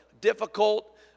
difficult